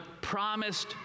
promised